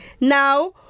Now